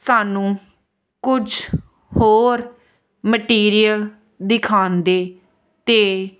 ਸਾਨੂੰ ਕੁਝ ਹੋਰ ਮਟੀਰੀਅਲ ਦਿਖਾਉਂਦੇ ਅਤੇ